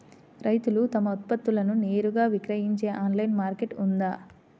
రైతులు తమ ఉత్పత్తులను నేరుగా విక్రయించే ఆన్లైను మార్కెట్ ఉందా?